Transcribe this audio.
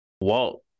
Walt